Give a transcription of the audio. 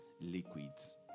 Liquids